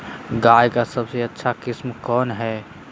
गाय का सबसे अच्छा किस्म कौन हैं?